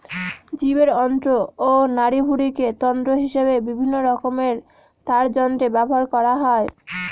জীবের অন্ত্র ও নাড়িভুঁড়িকে তন্তু হিসেবে বিভিন্নরকমের তারযন্ত্রে ব্যবহার করা হয়